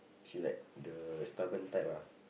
she like the stubborn type ah